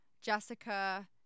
jessica